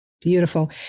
Beautiful